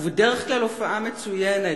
ובדרך כלל הופעה מצוינת,